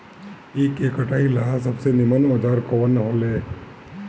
ईख के कटाई ला सबसे नीमन औजार कवन होई?